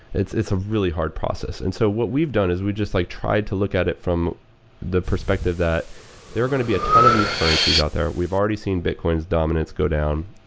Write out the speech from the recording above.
it's it's a really hard process. and so what we've done is we just like tried to look at it from the perspective that there are going to be a ton of these currencies out there. we've already seen bitcoin's dominance go down,